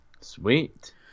Sweet